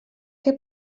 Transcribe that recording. què